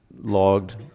logged